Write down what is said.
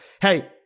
hey